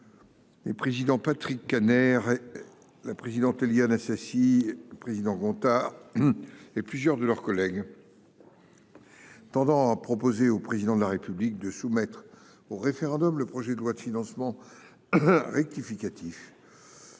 Les présidents Patrick Kanner. La présidente, Éliane Assassi. Président Gontard. Et plusieurs de leurs collègues. Tendant proposer au président de la République de soumettre au référendum, le projet de loi de financement. Rectificatif.